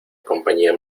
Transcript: compañía